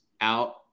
out